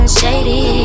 shady